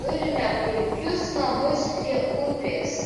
turime puikius namus prie upės